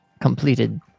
completed